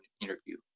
interview